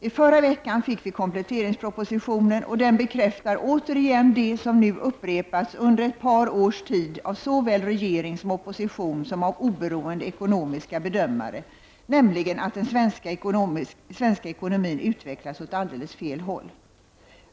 I förra veckan fick vi kompletteringspropositionen, och den bekräftar återigen det som nu upprepats under ett par års tid av såväl regering som opposition och oberoende ekonomiska bedömare, nämligen att den svenska ekonomin utvecklas åt alldeles fel håll.